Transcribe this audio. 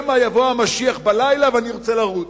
שמא יבוא המשיח בלילה ונרצה לרוץ.